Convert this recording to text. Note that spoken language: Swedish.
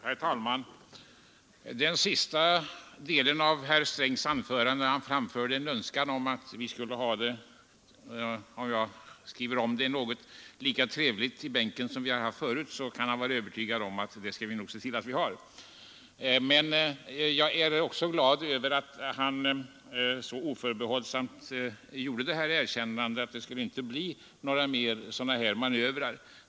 Herr talman! Beträffande den sista delen av herr Strängs anförande, där han framförde en önskan om att vi skulle ha det — jag skriver om det något — lika trevligt i bänken som vi haft förut, så kan han vara övertygad om att det skall vi nog se till att vi har. Jag är också glad över att han så oförbehållsamt gjorde detta erkännande och förklarade att det inte skulle bli några mer sådana här manövrer.